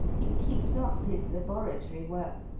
he keeps up his laboratory work,